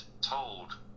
told